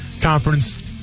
conference